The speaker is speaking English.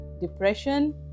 depression